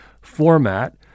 format